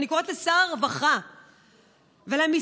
אני קוראת לשר הרווחה ולמשרדו,